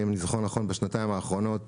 אם אני זוכר נכון בשנתיים האחרונות,